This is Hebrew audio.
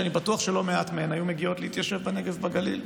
שאני בטוח שלא מעט מהן היו מגיעות להתיישב בנגב בגליל.